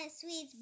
sweets